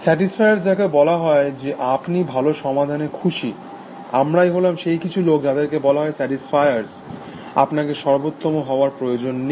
satisfiers যাকে বলা হয় যে আপনি ভালো সমাধানে খুশি আমরাই হলাম সেই কিছু লোক যাদেরকে বলা হয় স্যাটিসফায়ার্স আপনাকে সর্বোত্তম হওয়ার প্রয়োজন নেই